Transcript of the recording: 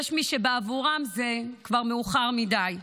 יש מי שבעבורם זה כבר מאוחר מדי.